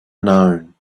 known